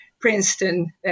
Princeton